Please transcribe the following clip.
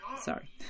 sorry